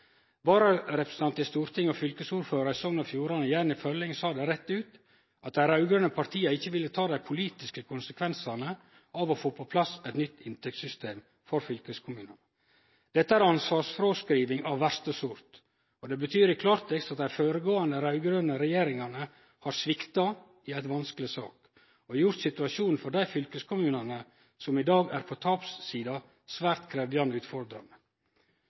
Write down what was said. Stortinget og fylkesvaraordførar i Sogn i Fjordane, Jenny Følling, sa rett ut at dei raud-grøne partia ikkje ville ta dei politiske konsekvensane av å få på plass eit nytt inntektssystem for fylkeskommunane. Dette er ansvarsfråskriving av verste sort, og det betyr i klartekst at dei føregåande raud-grøne regjeringane har svikta i ei vanskelig sak, og gjort situasjonen for dei fylkeskommunane som i dag er på tapssida, svært krevjande